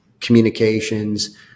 communications